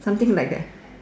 something like a